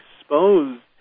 exposed